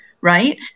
right